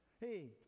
Hey